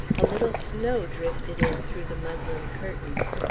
a little snow drifted in through the muslin curtains.